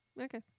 Okay